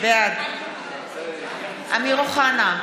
בעד אמיר אוחנה,